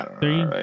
three